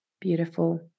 Beautiful